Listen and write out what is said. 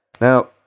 now